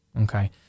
Okay